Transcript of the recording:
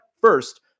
first